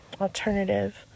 alternative